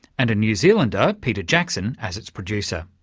and a new zealander, peter jackson as its producer.